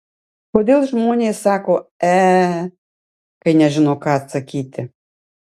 kodėl žmonės sako e kai nežino ką atsakyti